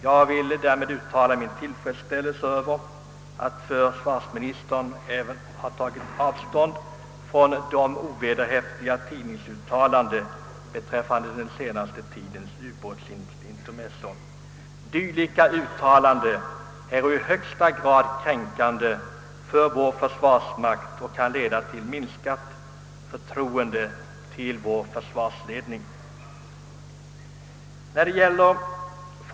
Jag vill alltså uttala min tillfredsställelse över att försvarsministern även tagit avstånd från de ovederhäftiga tidningsuttalanden som förekommit beträffande den senaste tidens ubåtsintermezzon. Dylika uttalanden är i högsta grad kränkande för vår försvarsmakt och kan leda till minskat förtroende för vår försvarsledning.